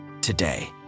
today